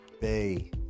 bay